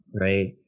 right